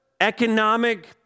economic